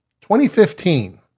2015